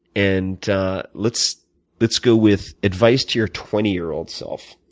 and let's let's go with advice to your twenty year old self.